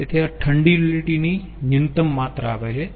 તેથી આ ઠંડી યુટીલીટી ની ન્યુનતમ માત્રા આપે છે